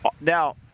Now